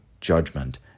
judgment